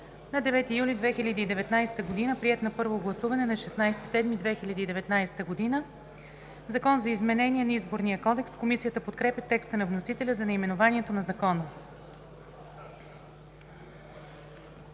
на 9 юли 2019 г., приет на първо гласуване на 16 юли 2019 г. „Закон за изменение на Изборния кодекс“.“ Комисията подкрепя текста на вносителя за наименованието на Закона.